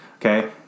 Okay